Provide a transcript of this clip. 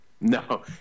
No